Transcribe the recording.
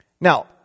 Now